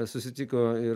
susitiko ir